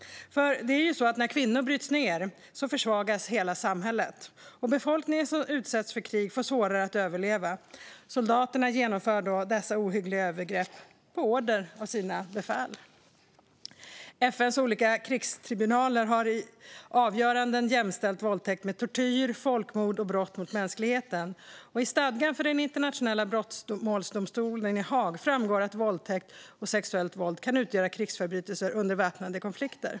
När kvinnor bryts ned försvagas hela samhället. Befolkningen som utsätts för krig får svårare att överleva. Soldaterna genomför då dessa ohyggliga övergrepp på order av sina befäl. FN:s olika krigstribunaler har i avgöranden jämställt våldtäkt med tortyr, folkmord och brott mot mänskligheten. Av stadgan för den internationella brottmålsdomstolen i Haag framgår att våldtäkt och sexuellt våld kan utgöra krigsförbrytelser under väpnade konflikter.